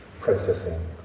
processing